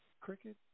cricket